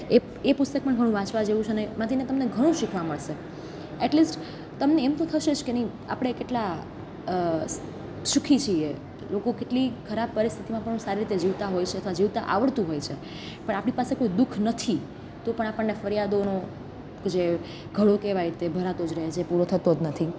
એ એ પુસ્તક પણ ઘણું વાંચવા જેવું છે ને એમાંથીને તમને ઘણું શીખવા મળશે એટલીસ્ટ તમને એમ તો થશે જ કે નહીં આપણે કેટલા સુખી છીએ લોકો કેટલી ખરાબ પરિસ્થિતિમાં પણ સારી રીતે જીવતા હોય છે જીવતા આવડતું હોય છે પણ આપણી પાસે કોઈ દુઃખ નથી તો પણ આપણને ફરિયાદોનો જે ઘડો કહેવાય તે ભરાતો જ રહે છે પૂરો થતો જ નથી